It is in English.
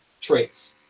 traits